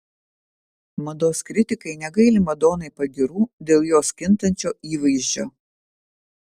mados kritikai negaili madonai pagyrų dėl jos kintančio įvaizdžio